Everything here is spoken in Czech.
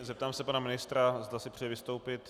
Zeptám se pana ministra, zda si přeje vystoupit.